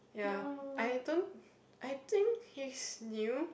ya I don't I think he's new